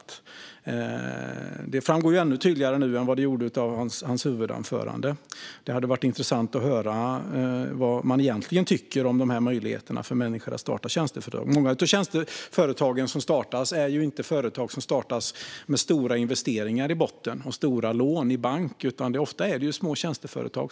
Det framgår ännu tydligare nu än vad det gjorde av hans huvudanförande. Det hade varit intressant att höra vad man egentligen tycker om dessa möjligheter för människor att starta tjänsteföretag. Många av tjänsteföretagen är ju inte företag som startas med stora investeringar i botten och stora lån i bank. Det är ofta små tjänsteföretag.